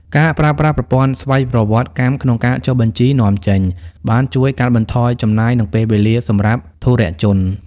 ការប្រើប្រាស់ប្រព័ន្ធស្វ័យប្រវត្តិកម្មក្នុងការចុះបញ្ជីនាំចេញ បានជួយកាត់បន្ថយចំណាយ និងពេលវេលាសម្រាប់ធុរជន។